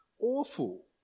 Awful